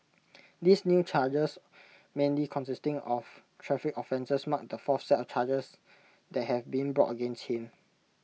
these new charges mainly consisting of traffic offences mark the fourth set of charges that have been brought against him